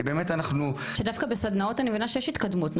כי באמת אנחנו --- שדווקא בסדנאות אני מבינה שיש התקדמות,